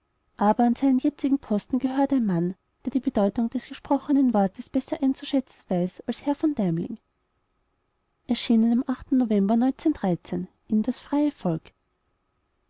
aber an seinen jetzigen posten gehört ein mann der die bedeutung des gesprochenen wortes besser einzuschätzen weiß als herr v deimling das freie volk